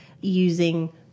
using